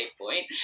point